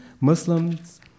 Muslims